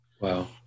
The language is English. Wow